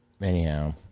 anyhow